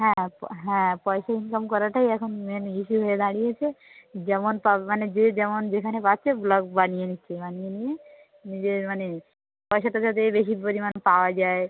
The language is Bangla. হ্যাঁ প হ্যাঁ পয়সা ইনকাম করাটাই এখন মেন ইস্যু হয়ে দাঁড়িয়েছে যেমন পাব মানে যে যেমন যেখানে পারছে ব্লগ বানিয়ে নিচ্ছে বানিয়ে নিয়ে নিজের মানে পয়সা টয়সা দিয়ে বেশি পরিমাণ পাওয়া যায়